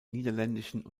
niederländischen